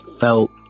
felt